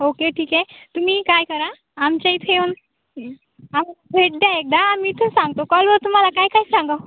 okay ठीक आहे तुम्ही काय करा आमच्या इथे येऊन आम भेट द्या एकदा आम्ही इथं सांगतो कॉलवर तुम्हाला काय काय सांगावं